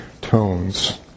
tones